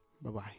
Bye-bye